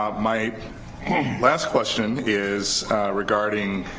um my last question is regarding,